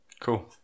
cool